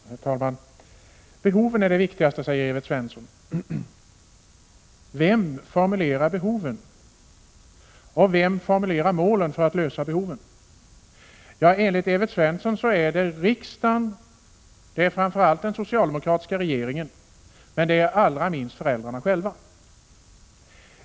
Herr talman! Behoven är det viktigaste, säger Evert Svensson. Vem formulerar behoven, och vem formulerar målen som skall tillfredsställa behoven? Enligt Evert Svensson är det riksdagen och framför allt den socialdemokratiska regeringen och allra minst föräldrarna själva.